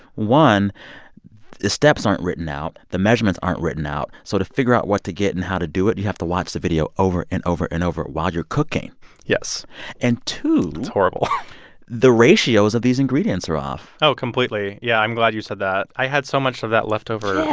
one, the steps aren't written out. the measurements aren't written out. so to figure out what to get and how to do it, you have to watch the video over and over and over while you're cooking yes and two. it's horrible the ratios of these ingredients are off oh, completely. yeah. i'm glad you said that. i had so much of that leftover. yeah.